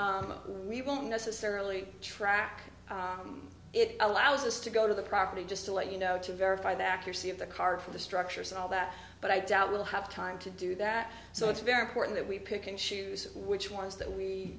don't necessarily track it allows us to go to the property just to let you know to verify the accuracy of the car for the structures and all that but i doubt we'll have time to do that so it's very important that we pick and choose which ones that we